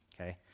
Okay